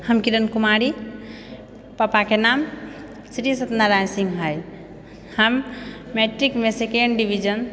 हम किरण कुमारी पापाके नाम श्री सत्यनारायण सिंह हैय हम मैट्रिकमे सेकंड डिविजन